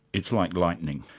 it's like lightning.